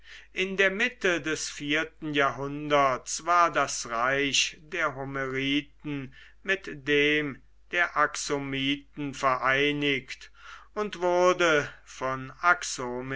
in der mitte des vierten jahrhunderts war das reich der homeriten mit dem der axomiten vereinigt und wurde von